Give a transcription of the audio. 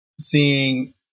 seeing